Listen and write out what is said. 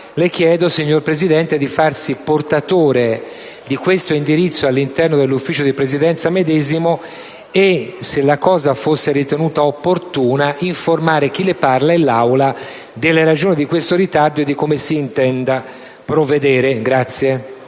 le chiedo, signor Presidente, di farsi portatore di questo indirizzo all'interno del Consiglio di Presidenza medesimo e, se fosse ritenuto opportuno, di informare chi le parla e l'Assemblea delle ragioni di questo ritardo e di come si intende provvedere.